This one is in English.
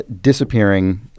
disappearing